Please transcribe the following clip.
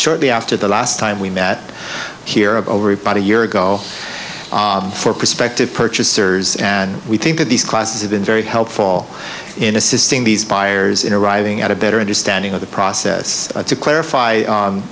shortly after the last time we met here of over but a year ago for prospective purchasers and we think that these classes have been very helpful in assisting these buyers in arriving at a better understanding of the process to clarify